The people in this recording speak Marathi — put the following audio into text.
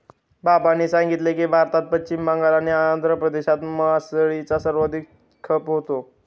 बाबांनी सांगितले की, भारतात पश्चिम बंगाल आणि आंध्र प्रदेशात मासळीचा सर्वाधिक खप होतो